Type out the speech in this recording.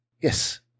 yes